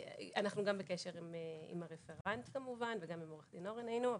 אנחנו גם בקשר עם הרפרנט כמובן וגם עם עורך דין אורן היינו בקשר.